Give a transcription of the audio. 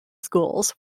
schools